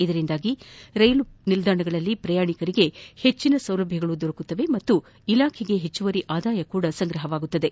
ಇದರಿಂದಾಗಿ ರೈಲು ನಿಲ್ಲಾಣಗಳಲ್ಲಿ ಪ್ರಯಾಣಿಕರಿಗೆ ಹೆಚ್ಚಿನ ಸೌಲಭ್ಯ ದೊರಕಲಿದೆ ಮತ್ತು ಇಲಾಖೆಗೆ ಹೆಚ್ಚುವರಿ ಆದಾಯವೂ ಸಂಗ್ರಹವಾಗಲಿದೆ